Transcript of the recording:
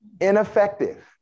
Ineffective